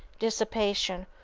dissipation,